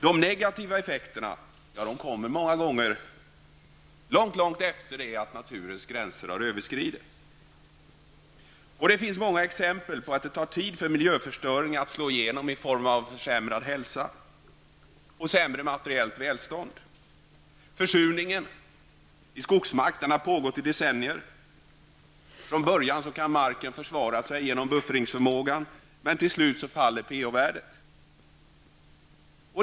De negativa effekterna kommer många gånger långt efter att naturens gränser har överskridits. Det finns många exempel på att det tar tid för miljöförstöring att slå i genom i form av försämrad hälsa och sämre materiellt välstånd. Försurningen av skogsmark har pågått i decennier. Från början kan marken försvara sig genom sin buffringsförmåga, men till slut faller pH-värdet.